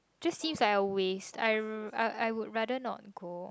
just seems like a waste I I I would rather not go